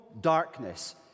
darkness